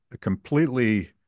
completely